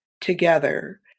together